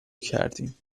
کردیم